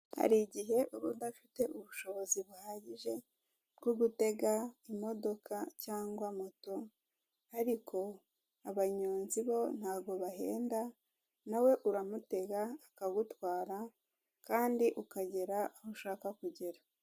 Hari igihe uba udafite ubushobozi buhagije bwo gutega imodoka cyangwa moto, ariko abanyonzi bo ntago bahenda nawe uramutega akagutwara kandi ukagera aho ushaka kugera.